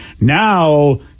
Now